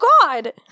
God